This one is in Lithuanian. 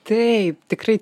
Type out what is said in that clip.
taip tikrai